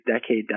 decade